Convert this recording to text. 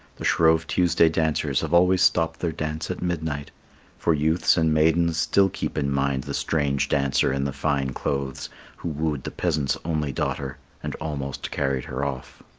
the shrove tuesday dancers have always stopped their dance at midnight for youths and maidens still keep in mind the strange dancer in the fine clothes who wooed the peasant's only daughter and almost carried her off.